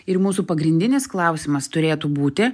ir mūsų pagrindinis klausimas turėtų būti